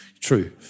true